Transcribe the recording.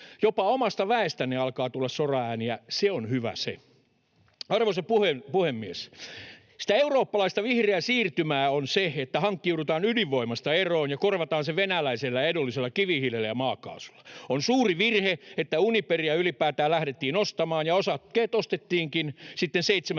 Jopa omasta väestänne alkaa tulla soraääniä — se on hyvä se. Arvoisa puhemies! Sitä eurooppalaista vihreää siirtymää on se, että hankkiudutaan ydinvoimasta eroon ja korvataan se venäläisellä edullisella kivihiilellä ja maakaasulla. On suuri virhe, että Uniperia ylipäätään lähdettiin ostamaan, ja osakkeet ostettiinkin sitten seitsemän